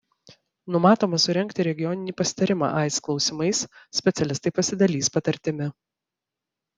numatoma surengti regioninį pasitarimą aids klausimais specialistai pasidalys patirtimi